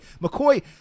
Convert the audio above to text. McCoy